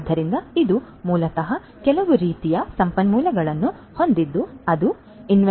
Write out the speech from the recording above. ಆದ್ದರಿಂದ ಇದು ಮೂಲತಃ ಕೆಲವು ರೀತಿಯ ಸಂಪನ್ಮೂಲಗಳನ್ನು ಹೊಂದಿದ್ದು ಅದು ಇನ್ವೆಂಟರಿನು ನಿರ್ವಹಣೆಯಲ್ಲಿ ನಿರ್ವಹಿಸಲಿದೆ